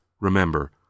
remember